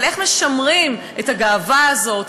אבל איך משמרים את הגאווה הזאת,